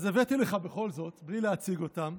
אז הבאתי לך בכל זאת, בלי להציג אותם,